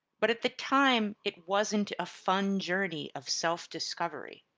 but at the time it wasn't a fun journey of self-discovery.